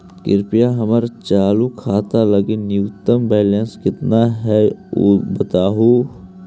कृपया हमर चालू खाता लगी न्यूनतम बैलेंस कितना हई ऊ बतावहुं